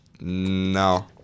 No